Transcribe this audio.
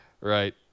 Right